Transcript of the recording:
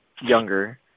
younger